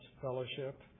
Fellowship